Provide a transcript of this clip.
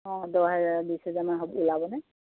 অঁ দহ হেজাৰ বিশ হেজাৰ মান হ'ব ওলাবনে